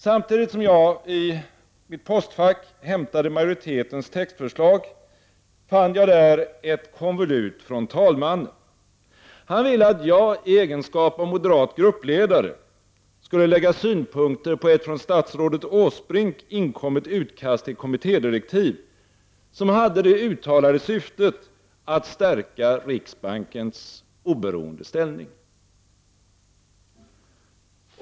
Samtidigt som jag hämtade majoritetens textförslag i mitt postfack, fann jag där ett konvolut från talmannen. Han ville att jag i egenskap av moderat gruppledare skulle lägga synpunkter på ett från statsrådet Erik Åsbrink inkommet utkast till kommittédirektiv, som hade det uttalade syftet att stärka riksbankens oberoende ställning.